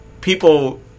People